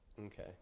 Okay